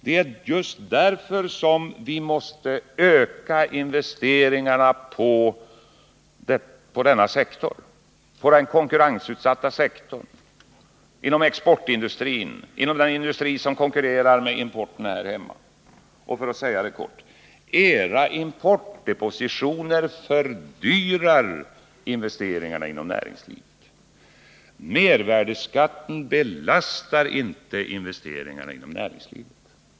Det är just därför som vi måste öka investeringarna i den konkurrensutsatta sektorn, dvs. inom exportindustrin, och den industri som konkurrerar med importen här hemma. För att säga det kortfattat: Era importdepositioner fördyrar investeringarna inom näringslivet. Mervärdeskatten belastar inte investeringarna inom näringslivet.